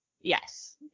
Yes